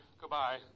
Goodbye